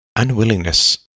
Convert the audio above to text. Unwillingness